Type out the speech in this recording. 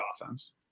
offense